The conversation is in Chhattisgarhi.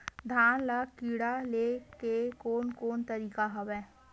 धान ल कीड़ा ले के कोन कोन तरीका हवय?